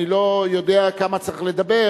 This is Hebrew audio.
אני לא יודע כמה צריך לדבר,